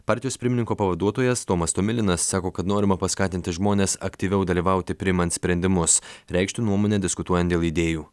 partijos pirmininko pavaduotojas tomas tomilinas sako kad norima paskatinti žmones aktyviau dalyvauti priimant sprendimus reikšti nuomonę diskutuojant dėl idėjų